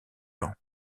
ans